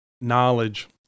knowledge